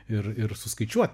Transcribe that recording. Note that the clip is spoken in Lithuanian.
ir ir suskaičiuot